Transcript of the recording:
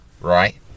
right